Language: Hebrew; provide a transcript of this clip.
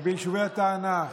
ויישובי התענך,